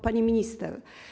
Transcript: Pani Minister!